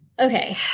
Okay